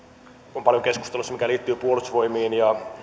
on paljon keskustelussa mikä liittyy puolustusvoimiin